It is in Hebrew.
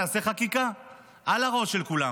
נעשה חקיקה על הראש של כולם,